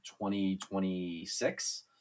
2026